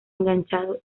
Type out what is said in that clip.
enganchado